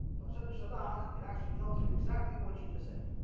perceptor salah it actually tells you exactly what you just said